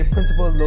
Principal